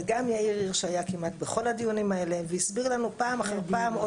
וגם יאיר הירש היה כמעט בכל הדיונים האלה והסביר לנו פעם אחר פעם,